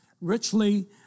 Richly